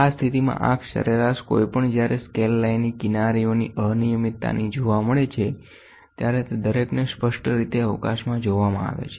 આ સ્થિતિમાં આંખ સરેરાશ કોઈ પણ જ્યારે સ્કેલ લાઇનની કિનારીઓની અનિયમિતતાની જોવા મળે છે ત્યારે તે દરેકને સ્પષ્ટ રીતે અવકાશમાં જોવામાં આવે છે